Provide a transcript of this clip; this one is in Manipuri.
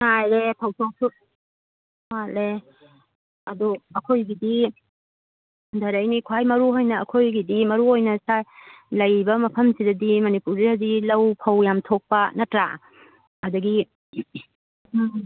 ꯐꯧꯊꯣꯛꯁꯨ ꯋꯥꯠꯂꯦ ꯑꯗꯣ ꯑꯩꯈꯣꯏꯒꯤꯗꯤ ꯍꯟꯊꯔꯛꯏꯅꯤ ꯈ꯭ꯋꯥꯏ ꯃꯔꯨ ꯑꯣꯏꯅ ꯑꯩꯈꯣꯏꯒꯤꯗꯤ ꯃꯔꯨ ꯑꯣꯏꯅ ꯂꯩꯔꯤꯕ ꯃꯐꯝꯁꯤꯗꯗꯤ ꯃꯅꯤꯄꯨꯔꯁꯤꯗꯗꯤ ꯂꯧ ꯐꯧ ꯌꯥꯝ ꯊꯣꯛꯄ ꯅꯠꯇ꯭ꯔꯥ ꯑꯗꯒꯤ ꯎꯝ